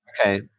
Okay